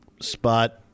spot